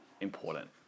important